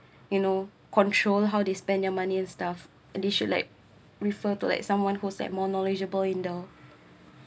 you know control how they spend their money and stuff and they should like refer to like someone who has more knowledgeable in though